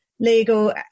legal